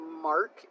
mark